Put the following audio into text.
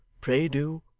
pray do